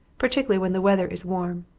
particularly when the weather is warm.